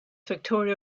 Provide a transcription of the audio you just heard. victoria